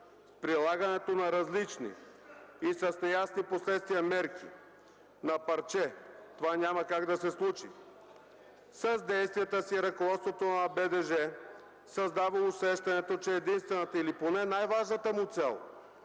С прилагането на различни и с неясни последствия мерки на парче това няма как да се случи. С действията си ръководството на БДЖ създава усещането, че единствената или най-важната му цел